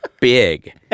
big